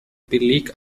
beleg